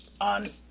on